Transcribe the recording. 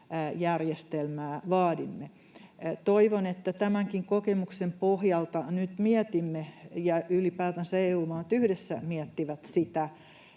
päätöksentekojärjestelmää vaadimme. Toivon, että tämänkin kokemuksen pohjalta nyt mietimme ja ylipäätänsä EU-maat yhdessä miettivät sitä,